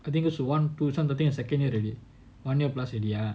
I think you should want to some of the thing ah second year already one year plus already ah